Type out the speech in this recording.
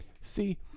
See